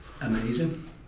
Amazing